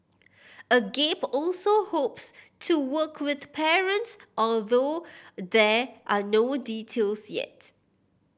agape also hopes to work with parents although there are no details yet